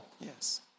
Yes